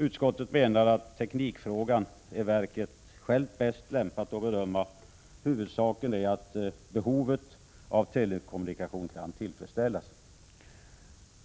Utskottet menar att verket självt är bäst lämpat att bedöma teknikfrågan. Huvudsaken är att behovet av telekommunikation kan tillfredsställas.